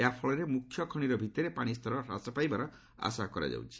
ଏହା ଫଳରେ ମୁଖ୍ୟ ଖଣିର ଭିତରେ ପାଣିସ୍ତର ହ୍ରାସ ପାଇବାର ଆଶା କରାଯାଉଛି